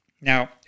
Now